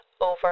over